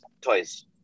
toys